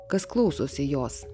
kas klausosi jos